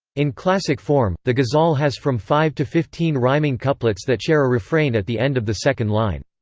in classic form, the ghazal has from five to fifteen rhyming couplets that share a refrain at the end of the second line.